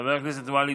חבר הכנסת יעקב טסלר,